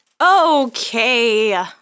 Okay